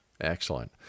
Excellent